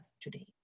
today